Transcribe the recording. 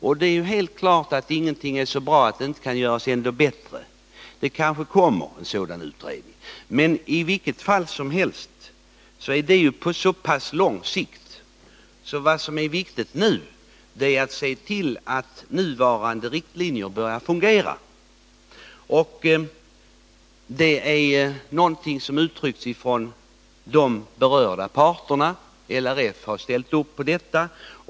Och det är helt klart att ingenting är så bra att det inte kan göras ännu bättre, så det kanske kommer en sådan utredning. I vilket fall som helst är det en fråga på lång sikt, och vad som är viktigt nu är att se till att nuvarande riktlinjer börjar fungera. Detta är ett önskemål som uttrycks från de berörda parterna, och t.ex. LRF har ställt upp på det.